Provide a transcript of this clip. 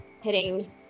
hitting